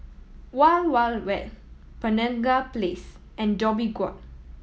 Wild Wild Wet Penaga Place and Dhoby Ghaut